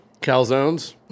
Calzones